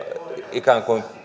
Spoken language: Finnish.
ikään kuin